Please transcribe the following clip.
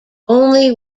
only